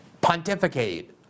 pontificate